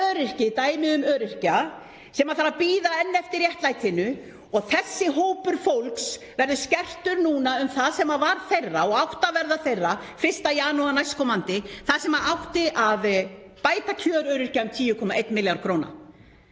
dæmi um öryrkja sem þarf að bíða enn eftir réttlætinu. Þessi hópur fólks verður skertur núna um það sem var þeirra og átti að verða þeirra 1. janúar næstkomandi þar sem átti að bæta kjör öryrkja um 10,1 milljarð kr.